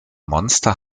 monster